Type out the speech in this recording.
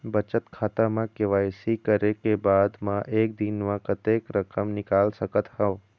बचत खाता म के.वाई.सी करे के बाद म एक दिन म कतेक रकम निकाल सकत हव?